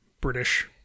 british